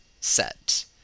set